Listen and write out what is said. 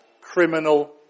criminal